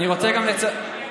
אני רוצה גם לציין,